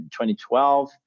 2012